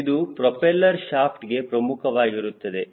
ಇದು ಪ್ರೋಪೆಲ್ಲರ್ ಶಾಫ್ಟ್ಗೆ ಪ್ರಮುಖವಾಗಿರುತ್ತದೆ